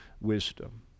wisdom